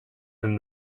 and